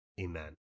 Amen